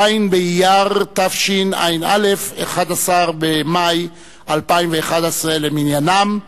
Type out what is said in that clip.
ז' באייר תשע"א, 11 במאי 2011 למניינם,